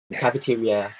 cafeteria